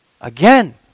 Again